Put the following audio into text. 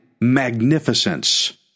magnificence